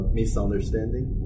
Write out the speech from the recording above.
misunderstanding